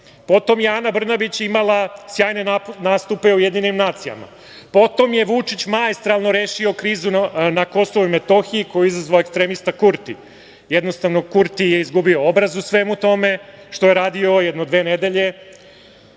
je Ana Brnabić imala sjajne nastupe u UN. Potom je Vučić maestralno rešio krizu na Kosovu i Metohiji, koju je izazvao ekstremista Kurti. Jednostavno, Kurti je izgubio obraz u svemu tome što je radio jedno dve nedelje,